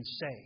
say